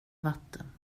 vatten